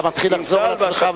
אתה מתחיל לחזור על עצמך,